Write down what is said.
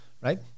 Right